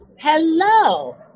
hello